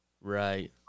right